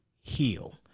heal